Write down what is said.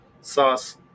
sauce